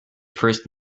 first